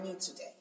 today